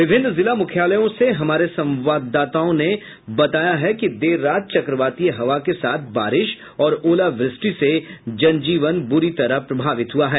विभिन्न जिला मुख्यालयों से हमारे संवाददाता ने बताया कि देर रात चक्रवातीय हवा के साथ बारिश और ओलावृष्टि से जनजीवन बुरी तरह प्रभावित हुआ है